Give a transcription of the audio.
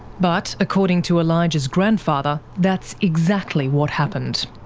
but according to elijah's grandfather, that's exactly what happened.